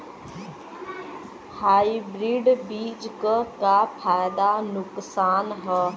Hybrid बीज क का फायदा नुकसान ह?